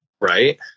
Right